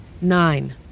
nine